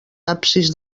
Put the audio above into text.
absis